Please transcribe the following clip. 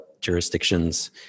jurisdictions